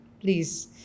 please